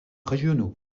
régionaux